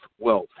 wealth